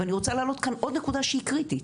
ואני רוצה להעלות כאן עוד נקודה שהיא קריטית.